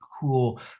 cool